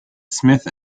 smith